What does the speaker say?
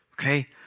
okay